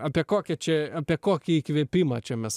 apie kokį čia apie kokį įkvėpimą čia mes